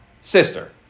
sister